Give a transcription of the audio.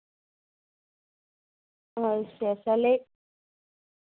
अच्छा